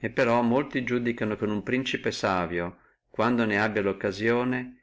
alto però molti iudicano che uno principe savio debbe quando ne abbi la occasione